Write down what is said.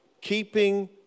keeping